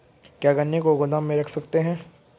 क्या गन्ने को गोदाम में रख सकते हैं?